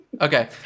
Okay